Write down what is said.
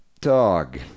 dog